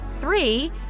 three